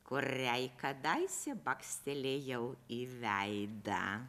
kuriai kadaise bakstelėjau į veidą